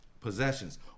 possessions